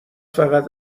فقط